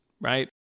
right